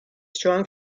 strong